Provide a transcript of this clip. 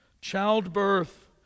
Childbirth